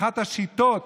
אחת השיטות